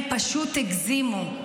הם פשוט הגזימו,